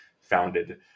founded